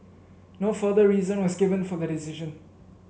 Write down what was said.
no further reason was given for the decision